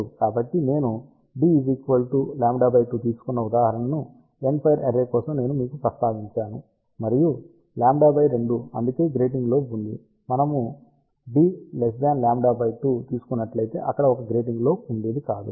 కాబట్టి నేను d λ2 తీసుకున్న ఉదాహరణను ఎండ్ఫైర్ అర్రే కోసం నేను మీకు ప్రస్తావించాను మరియు λ 2 అందుకే గ్రేటింగ్ లోబ్ ఉంది మనము d λ 2 తీసుకున్నట్లయితే అక్కడ ఒక గ్రేటింగ్ లోబ్ ఉండేది కాదు